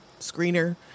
screener